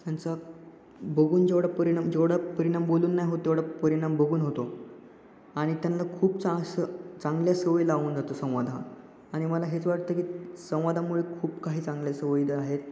त्यांचा बघून जेवढा परिणाम जेवढा परिणाम बोलून नाही होत तेवढा परिणाम बघून होतो आणि त्यांना खूप चां स चांगल्या सवयी लावून जातं संवादा आणि मला हेच वाटतं की संवादामुळे खूप काही चांगल्या सवयी ज्या आहेत